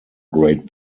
great